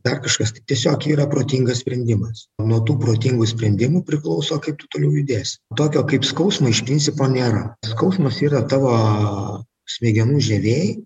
dar kažkas tai tiesiog yra protingas sprendimas o nuo tų protingų sprendimų priklauso kaip tu toliau judėsi tokio kaip skausmo iš principo nėra skausmas yra tavo smegenų žievėj